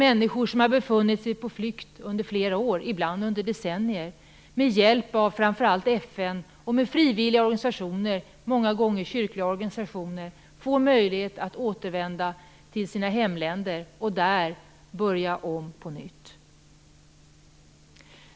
Människor som har befunnit sig på flykt under flera år, ibland under decennier, får, med hjälp av framför allt FN och frivilliga organisationer, många gånger kyrkliga, möjlighet att återvända till sina hemländer och där börja om på nytt.